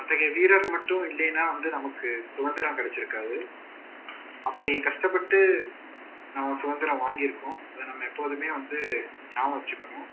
அத்தகைய வீரர்கள் மட்டும் இல்லைனா வந்து நமக்கு சுதந்திரம் கிடச்சிருக்காது அப்படி கஷ்டப்பட்டு நாம் சுதந்திரம் வாங்கியிருக்கோம் அதை நம்ம எப்போதுமே வந்து ஞாபகம் வச்சுக்கணும்